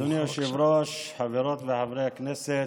אדוני היושב-ראש, חברות וחברי הכנסת,